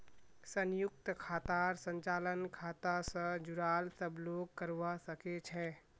संयुक्त खातार संचालन खाता स जुराल सब लोग करवा सके छै